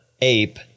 ape